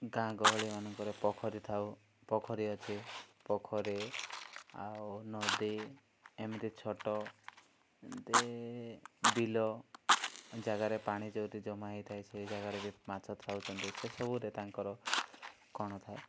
ଗାଁ ଗହଳି ମାନଙ୍କରେ ପୋଖରୀ ଥାଉ ପୋଖରୀ ଅଛି ପୋଖରୀ ଆଉ ନଦୀ ଏମିତି ଛୋଟ ଏମିତି ବିଲ ଜାଗାରେ ପାଣି ଯେଉଁଠି ଜମା ହେଇଥାଏ ସେ ଜାଗାରେ ବି ମାଛ ଥାଉଛନ୍ତି ସେ ସବୁରେ ତାଙ୍କର କ'ଣ ଥାଏ